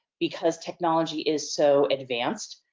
because technology is so advanced.